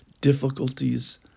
difficulties